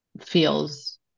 feels